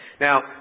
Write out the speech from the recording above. Now